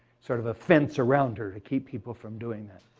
sort of, a fence around her to keep people from doing that.